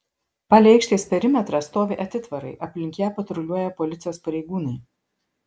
palei aikštės perimetrą stovi atitvarai aplink ją patruliuoja policijos pareigūnai